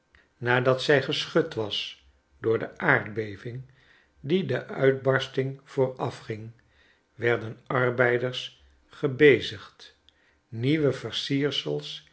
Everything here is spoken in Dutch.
nadat zij geschud was door de aardbeving die de uitbarsting voorafging werden arbeiders gebezigd nieuwe